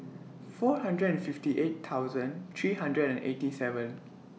four hundred and fifty eight thousand three hundred and eighty seven